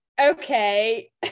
okay